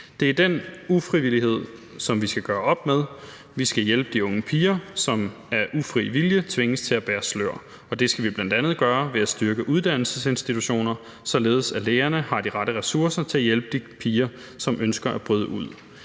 Det er den ufrivillighed, som vi skal gøre op med. Vi skal hjælpe de unge piger, som af ufri vilje tvinges til at bære slør, og det skal vi bl.a. gøre ved at styrke uddannelsesinstitutioner, således at lærerne har de rette ressourcer til at hjælpe de piger, som ønsker at bryde ud.